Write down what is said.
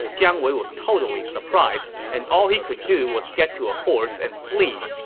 jiang wei was totally surprised, and all he could do was get to a horse and flee.